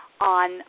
On